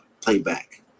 playback